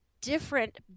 different